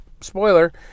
spoiler